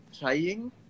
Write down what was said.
trying